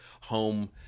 home